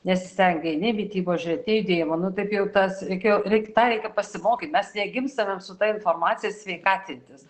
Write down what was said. nesistengei nei mitybos žiūrėt nei judėjimo nu taip jau tas reikėjo reik tą reikia pasimokyt mes negimstame su ta informacija sveikatintis